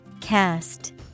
cast